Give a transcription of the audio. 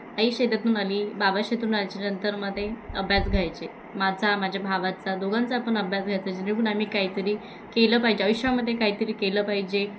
आई शेतातून आली बाबा शेतून आच्या नंतर मग ते अभ्यास घायचे माझा माझ्या भावाचा दोघांचा पण अभ्यास घ्यायचा जेणेकरून आम्ही काहीतरी केलं पाहिजे आयुष्यामध्ये काहीतरी केलं पाहिजे